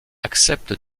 accepte